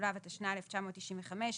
התשנ"ה 1995,